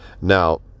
Now